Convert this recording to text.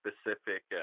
specific